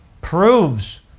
proves